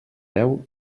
veu